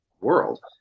world